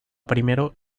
primero